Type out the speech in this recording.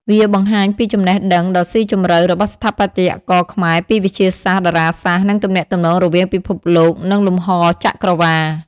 វាបង្ហាញពីចំណេះដឹងដ៏ស៊ីជម្រៅរបស់ស្ថាបត្យករខ្មែរពីវិទ្យាសាស្ត្រតារាសាស្ត្រ និងទំនាក់ទំនងរវាងពិភពលោក និងលំហរចក្រវាឡ